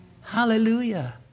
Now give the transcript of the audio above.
hallelujah